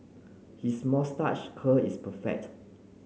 his curl is perfect